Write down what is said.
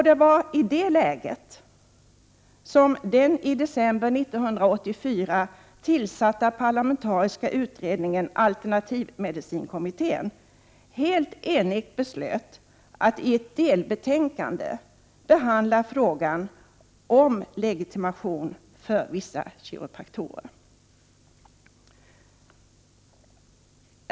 Det var i det läget som den i december 1984 tillsatta parlamentariska utredningen alternativmedicinkommittén, AMK, helt enigt beslöt att i ett delbetänkande behandla frågan om legitimation för vissa kiropraktorer.